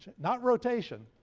not rotation.